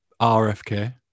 RFK